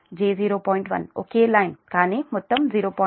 1 ఒకే లైన్ కానీ మొత్తం 0